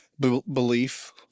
belief